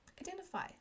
identify